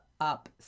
up